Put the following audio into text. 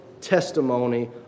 testimony